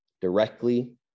directly